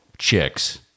Chicks